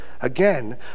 Again